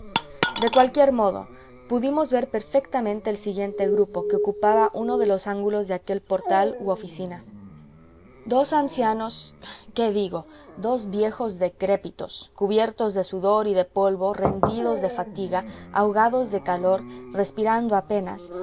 de cualquier modo pudimos ver perfectamente el siguiente grupo que ocupaba uno de los ángulos de aquel portal u oficina dos ancianos qué digo dos viejos decrépitos cubiertos de sudor y de polvo rendidos de fatiga ahogados de calor respirando apenas